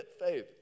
faith